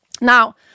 now